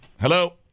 Hello